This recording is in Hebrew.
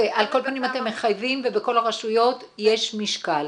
על כל פנים אתם מחייבים ובכל הרשויות יש משקל.